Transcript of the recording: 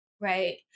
right